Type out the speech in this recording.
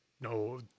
no